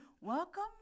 Welcome